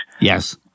Yes